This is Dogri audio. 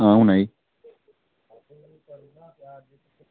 आं हून आई